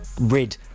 rid